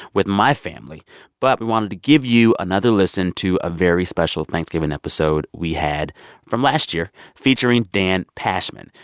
with my family but we wanted to give you another listen to a very special thanksgiving episode we had from last year, featuring dan pashman.